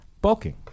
bulking